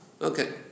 Okay